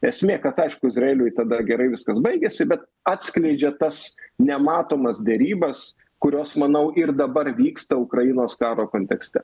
esmė kad aišku izraeliui tada gerai viskas baigėsi bet atskleidžia tas nematomas derybas kurios manau ir dabar vyksta ukrainos karo kontekste